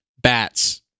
Bats